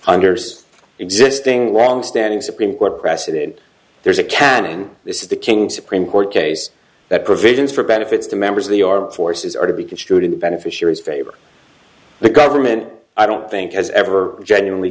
that unders existing longstanding supreme court precedent there's a canon this is the king supreme court case that provisions for benefits to members of the armed forces are to be construed in the beneficiaries favor the government i don't think has ever genuinely